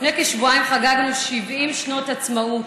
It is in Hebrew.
לפני כשבועיים חגגנו 70 שנות עצמאות.